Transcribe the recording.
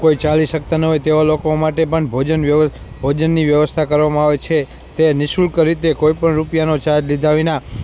કોઈ ચાલી શકતાં ન હોય તેવાં લોકો માટે પણ ભોજન વ્યવ ભોજનની વ્યવસ્થા કરવામાં આવે છે તે નિઃશુલ્ક રીતે કોઈ પણ રૂપિયાનો ચાર્જ લીધા વિના